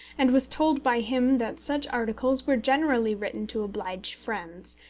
and was told by him that such articles were generally written to oblige friends,